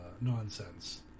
nonsense